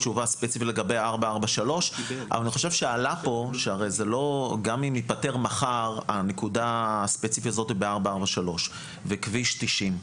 גם אם תיפתר מחר הנקודה הספציפית הזאת ב-443 וכביש 90,